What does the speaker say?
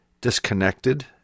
disconnected